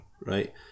right